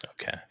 okay